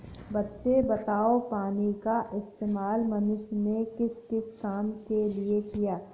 बच्चे बताओ पानी का इस्तेमाल मनुष्य ने किस किस काम के लिए किया?